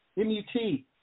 M-U-T